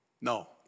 No